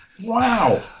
Wow